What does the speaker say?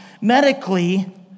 medically